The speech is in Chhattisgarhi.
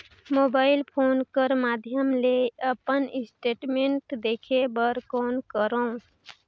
मोबाइल फोन कर माध्यम ले अपन स्टेटमेंट देखे बर कौन करों?